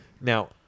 Now